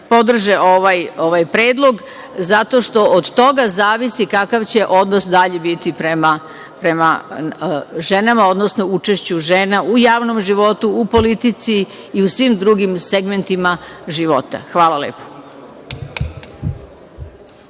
podrže ovaj predlog, zato što od toga zavisi kakav će biti dalji odnos prema ženama, odnosno učešću žena u javnom životu, u politici i u svim drugim segmentima života. Hvala lepo.